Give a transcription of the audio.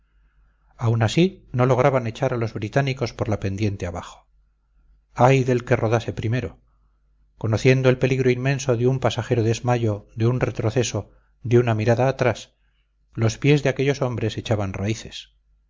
aun así no lograban echar a los británicos por la pendiente abajo ay del que rodase primero conociendo el peligro inmenso de un pasajero desmayo de un retroceso de una mirada atrás los pies de aquellos hombres echaban raíces